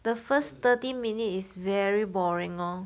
the first thirty minute is very boring lor